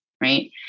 right